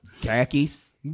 Khakis